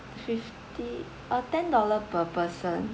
fifty uh ten dollar per person